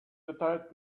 retired